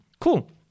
Cool